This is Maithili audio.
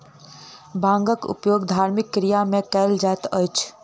भांगक उपयोग धार्मिक क्रिया में कयल जाइत अछि